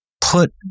put